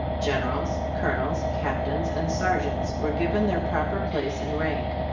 generals, colonels, cap tains and sergeants were given their proper place and rank.